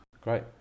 Great